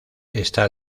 esta